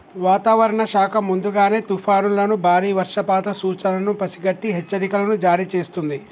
వాతావరణ శాఖ ముందుగానే తుఫానులను బారి వర్షపాత సూచనలను పసిగట్టి హెచ్చరికలను జారీ చేస్తుంది